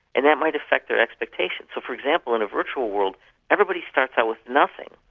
and that might affect their expectations. so for example, in a virtual world everybody starts out with nothing,